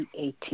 2018